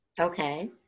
Okay